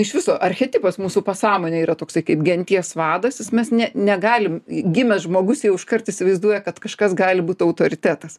iš viso archetipas mūsų pasąmonėj yra toksai kaip genties vadas jis mes ne negalim gimęs žmogus jau iškart įsivaizduoja kad kažkas gali būt autoritetas